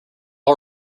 all